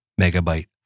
megabyte